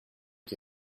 qui